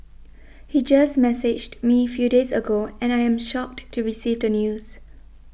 he just messaged me few days ago and I am shocked to receive the news